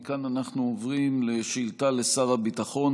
מכאן אנחנו עוברים לשאילתה לשר הביטחון.